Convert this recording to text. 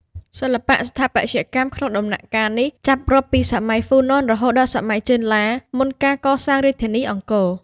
សិល្បៈស្ថាបត្យកម្មក្នុងដំណាក់កាលនេះ ចាប់រាប់ពីសម័យហ្វូណន រហូតដល់សម័យចេនឡា មុនការកសាងរាជធានីអង្គរ។